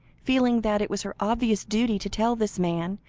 feeling that it was her obvious duty to tell this man,